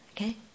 Okay